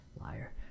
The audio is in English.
Liar